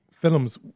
films